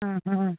ಹಾಂ ಹಾಂ